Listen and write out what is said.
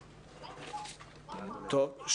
טוב.